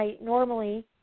normally